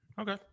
Okay